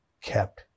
kept